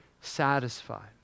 satisfied